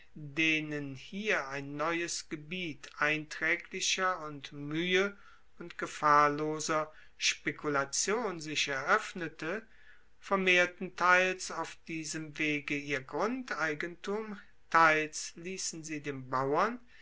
denen hier ein neues gebiet eintraeglicher und muehe und gefahrloser spekulation sich eroeffnete vermehrten teils auf diesem wege ihr grundeigentum teils liessen sie dem bauern